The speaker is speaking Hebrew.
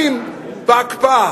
בהתאם לקריטריונים ולחוק.